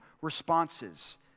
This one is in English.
responses